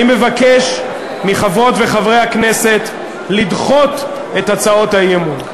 אני מבקש מחברות וחברי הכנסת לדחות את הצעות האי-אמון.